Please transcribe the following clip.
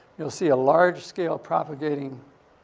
you'll see a large-scale propagating,